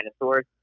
dinosaurs